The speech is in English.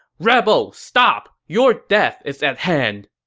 rebel, stop! your death is at hand!